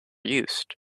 used